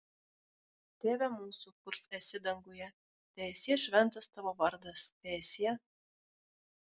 tėve mūsų kurs esi danguje teesie šventas tavo vardas teesie